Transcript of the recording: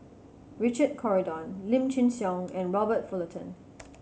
Richard Corridon Lim Chin Siong and Robert Fullerton